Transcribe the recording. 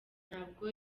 ntabwo